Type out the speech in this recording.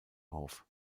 auf